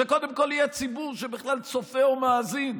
שקודם כול יהיה ציבור שבכלל צופה ומאזין,